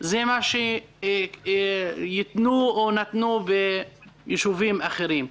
זה מה שייתנו או נתנו בישובים אחרים.